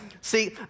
see